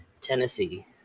Tennessee